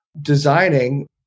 designing